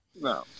no